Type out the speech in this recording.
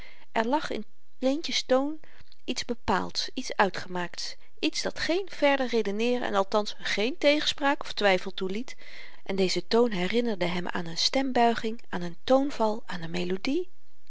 er lag in leentje's toon iets bepaalds iets uitgemaakts iets dat geen verder redeneeren en althans geen tegenspraak of twyfel toeliet en deze toon herinnerde hem aan n stembuiging aan n toonval aan n melodie